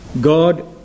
God